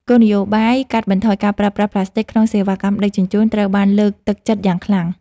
គោលនយោបាយកាត់បន្ថយការប្រើប្រាស់ផ្លាស្ទិកក្នុងសេវាកម្មដឹកជញ្ជូនត្រូវបានលើកទឹកចិត្តយ៉ាងខ្លាំង។